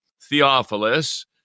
Theophilus